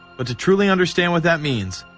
but to truly understand what that means,